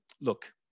look